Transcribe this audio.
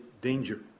danger